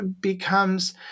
becomes